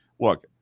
look